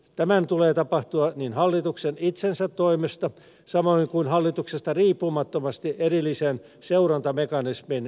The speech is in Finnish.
tämän tulee tapahtua niin hallituksen itsensä toimesta kuin hallituksesta riippumattomasti erillisen seurantamekanismin toimesta